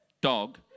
dog